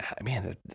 Man